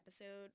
episode